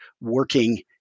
working